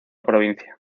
provincia